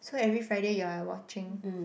so every Friday you are watching